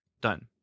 Done